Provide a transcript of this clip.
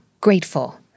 grateful